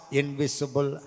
invisible